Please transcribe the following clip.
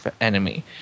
enemy